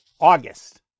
August